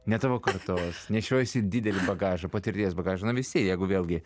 ne tavo kartos nešiojasi didelį bagažą patirties bagažą visi jeigu vėlgi